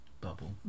bubble